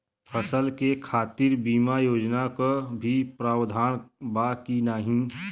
फसल के खातीर बिमा योजना क भी प्रवाधान बा की नाही?